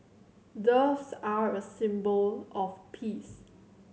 doves are a symbol of peace